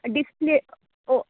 display ओ